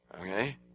okay